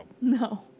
No